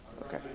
Okay